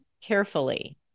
carefully